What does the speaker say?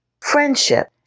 Friendship